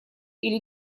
или